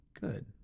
good